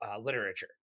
literature